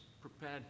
prepared